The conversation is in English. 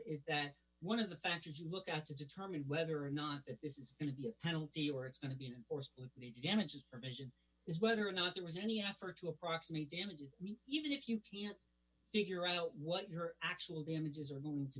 is that one of the factors you look at to determine whether or not this is going to be a penalty or it's going to be enforced the damages permission is whether or not there was any effort to approximate damages me even if you can't figure out what your actual damages are going to